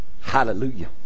Hallelujah